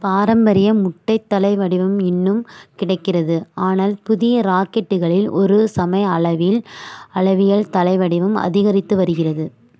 பாரம்பரிய முட்டைத் தலை வடிவம் இன்னும் கிடைக்கிறது ஆனால் புதிய ராக்கெட்டுகளில் ஒரு சமய அளவில் அளவியல் தலை வடிவம் அதிகரித்து வருகிறது